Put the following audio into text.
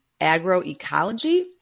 agroecology